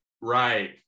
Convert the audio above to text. Right